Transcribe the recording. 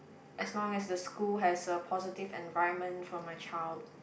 as long as the school has a positive environment for my child